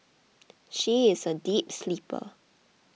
she is a deep sleeper